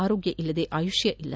ಆರೋಗ್ಯ ಇಲ್ಲದೇ ಆಯುಷ್ಟ ಇಲ್ಲ